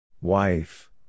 Wife